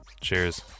Cheers